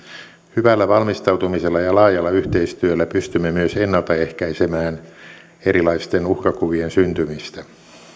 hyvällä valmistautumisella ja laajalla yhteistyöllä pystymme myös ennalta ehkäisemään erilaisten uhkakuvien syntymistä